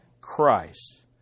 Christ